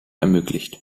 ermöglicht